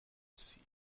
see